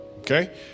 Okay